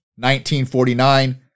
1949